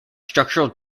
structural